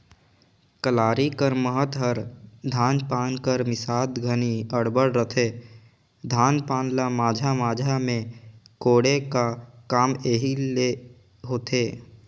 कलारी कर महत हर धान पान कर मिसात घनी अब्बड़ रहथे, धान पान ल माझा माझा मे कोड़े का काम एही मे ले होथे